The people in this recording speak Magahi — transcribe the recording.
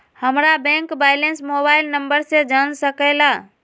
हमारा बैंक बैलेंस मोबाइल नंबर से जान सके ला?